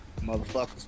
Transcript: motherfuckers